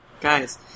Guys